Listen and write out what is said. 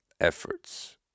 efforts